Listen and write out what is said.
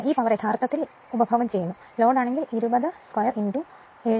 ഈ പവർ യഥാർത്ഥത്തിൽ ഉപഭോഗം ചെയ്യുന്നു ലോഡ് ആണെങ്കിൽ 20 2 7